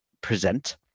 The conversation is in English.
present